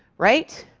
right?